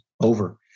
over